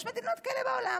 יש מדינות כאלה בעולם.